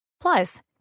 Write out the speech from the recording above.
Plus